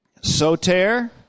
soter